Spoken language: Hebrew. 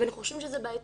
לדעתנו, זה בעייתי.